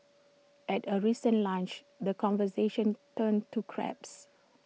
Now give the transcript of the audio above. at A recent lunch the conversation turned to crabs